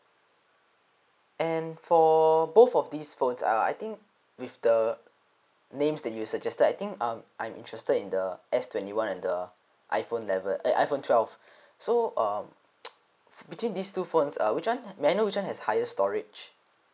and for both of these phones err I think with the names that you suggested I think um I'm interested in the S twenty one and the iphone level eh iphone twelve so um between these two phones uh which one may I know which one has higher storage